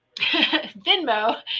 venmo